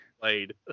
played